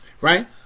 Right